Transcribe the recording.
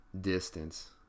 distance